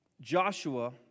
Joshua